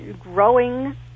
growing